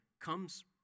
comes